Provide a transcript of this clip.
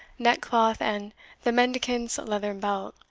neckcloth, and the mendicant's leathern belt,